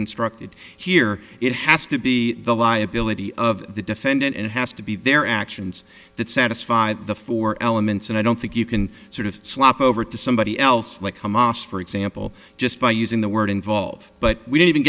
instructed here it has to be the liability of the defendant and it has to be their actions that satisfy the four elements and i don't think you can sort of slop over to somebody else like hamas for example just by using the word involved but we don't even